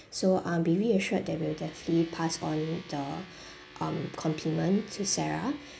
so um be reassured that we'll definitely pass on the um compliment to sarah